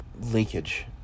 leakage